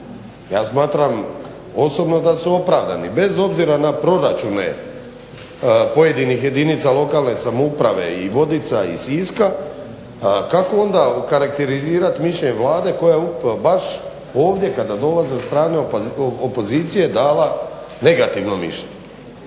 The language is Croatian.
Ja smatram osobno da su opravdani, bez obzira na proračune pojedinih jedinica lokalne samouprave i Vodica i Siska, kako onda okarakterizirati mišljenje Vlade koja baš ovdje kada dolaze od strane opozicije dala negativno mišljenje.